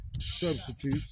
substitute